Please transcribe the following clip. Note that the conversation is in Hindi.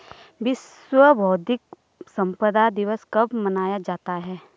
विश्व बौद्धिक संपदा दिवस कब मनाया जाता है?